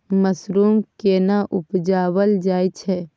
Mushroom केना उबजाबल जाय छै?